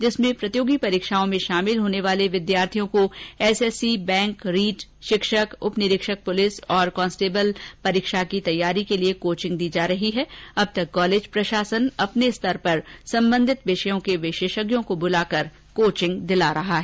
जिसमें प्रतियोगी परीक्षाओं में शामिल होने वाले विद्यार्थियों को एसएससी बैंक रीट शिक्षक उप निरीक्षक पुलिस तथा कांस्टेबल परीक्षा की तैयारी के लिए कोचिंग दी जा रही है अब तक कॉलेज प्रशासन अपने स्तर पर संबंधित विषयों के विशेषज्ञों को बुलाकर कोचिंग दिला रहा है